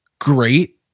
great